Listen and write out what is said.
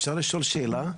אפשר לשאול שאלה?